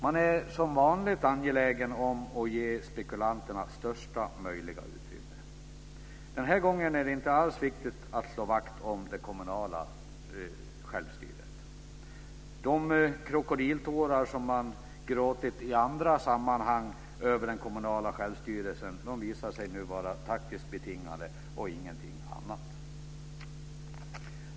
Man är som vanligt angelägen om att ge spekulanterna största möjliga utrymme. Den här gången är det inte alls viktigt viktig att slå vakt om det kommunala självstyrelse. De krokodiltårar som man har gråtit i andra sammanhang över den kommunala självstyrelsen visar sig vara taktiskt betingade och ingenting annat.